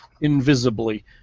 invisibly